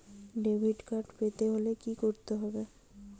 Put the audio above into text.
Debit card পেতে হলে কি করতে হবে?